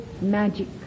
magic